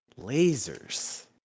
lasers